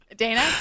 Dana